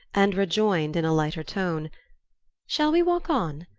and rejoined in a lighter tone shall we walk on?